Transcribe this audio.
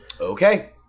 Okay